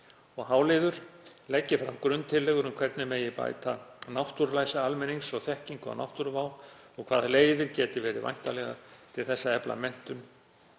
h. Leggi fram grunntillögur um hvernig bæta megi náttúrulæsi almennings og þekkingu á náttúruvá og hvaða leiðir geti verið vænlegar til þess að efla menntun